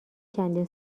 چندین